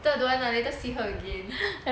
don't want lah later see her again